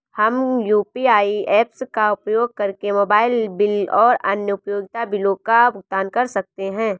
हम UPI apps का उपयोग करके मोबाइल बिल और अन्य उपयोगिता बिलों का भुगतान कर सकते हैं